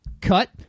cut